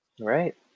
Right